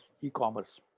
e-commerce